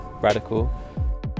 radical